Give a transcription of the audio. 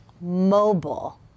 mobile